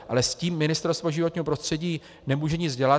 Ale s tím Ministerstvo životního prostředí nemůže nic dělat.